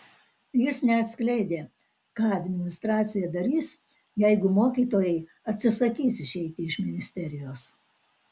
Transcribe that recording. jis neatskleidė ką administracija darys jeigu mokytojai atsisakys išeiti iš ministerijos